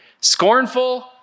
Scornful